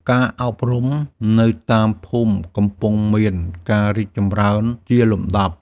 ការអប់រំនៅតាមភូមិកំពុងមានការរីកចម្រើនជាលំដាប់។